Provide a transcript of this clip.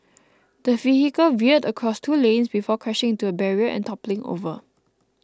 the vehicle veered across two lanes before crashing into a barrier and toppling over